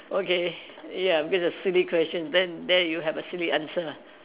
okay ya because a silly question then there you have a silly answer